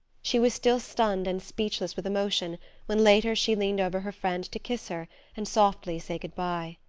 she was still stunned and speechless with emotion when later she leaned over her friend to kiss her and softly say good-by.